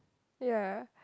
ya